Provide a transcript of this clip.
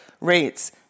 rates